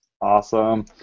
Awesome